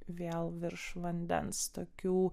vėl virš vandens tokių